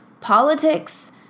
Politics